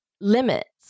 limits